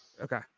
okay